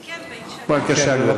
כן, בבקשה, גברתי.